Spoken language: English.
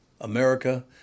America